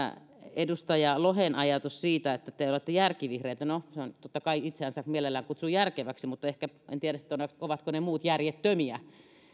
edustaja lohen ajatus siitä että te olette järkivihreitä oli mielenkiintoinen no totta kai itseänsä mielellään kutsuu järkeväksi mutta en tiedä sitten ovatko ne muut järjettömiä